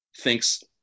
thinks